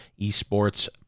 Esports